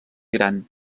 gran